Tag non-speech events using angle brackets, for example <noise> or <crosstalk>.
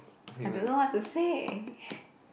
I don't know what to say <breath>